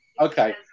Okay